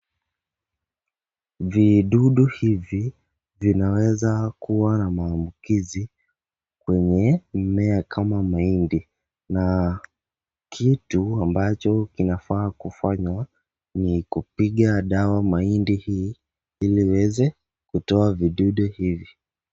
Vidudu hivi vinaweza kuwa na maambukizi kwenye mimea kama mahindi na kitu ambacho kinafaa kufanywa ni kupiga dawa mahindi hii ili iweze kutoa vidudu hivi.